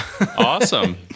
Awesome